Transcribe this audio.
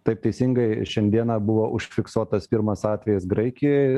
taip teisingai šiandieną buvo užfiksuotas pirmas atvejis graikijoj